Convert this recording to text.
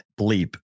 bleep